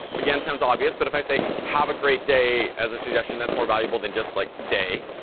again, sounds obvious. but if i say, have a great day as a suggestion, that's more valuable than just like day.